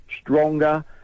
stronger